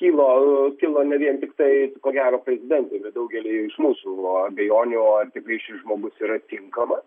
kilo kilo ne vien tiktai ko gero prezidentei bet daugeliui iš mūsų abejonių ar tikrai šis žmogus yra tinkamas